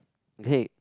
okay